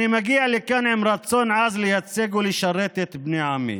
אני מגיע לכאן עם רצון עז לייצג ולשרת את בני עמי